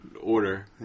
order